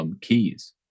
keys